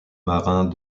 marins